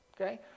okay